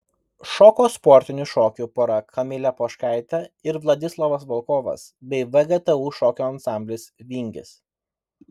šoko sportinių šokių pora kamilė poškaitė ir vladislavas volkovas bei vgtu šokių ansamblis vingis